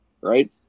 right